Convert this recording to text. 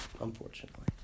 Unfortunately